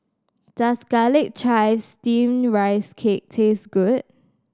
does garlic chive Steamed Rice Cake taste good